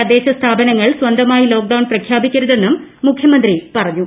തദ്ദേശ സ്ഥാപനങ്ങൾ സ്വന്തമായി ലോക്ഡൌൺ പ്രഖ്യാപിക്കരുതെന്നും മുഖ്യമന്ത്രി പറഞ്ഞു